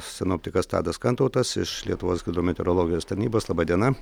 sinoptikas tadas kantautas iš lietuvos hidrometeorologijos tarnybos laba diena